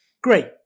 Great